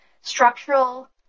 structural